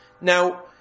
Now